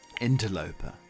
interloper